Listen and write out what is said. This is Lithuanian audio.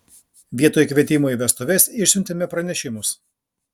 vietoj kvietimų į vestuves išsiuntėme pranešimus